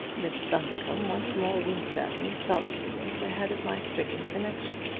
mr. bundercombe once more winked at me solemnly over the head of my stricken connection.